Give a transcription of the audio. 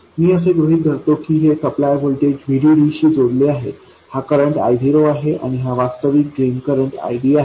मी असे गृहित धरतो की हे सप्लाय व्होल्टेज VDD शी जोडलेला आहे हा करंट I0 आहे आणि हा वास्तविक ड्रेन करंट ID आहे